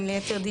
ליתר דיוק.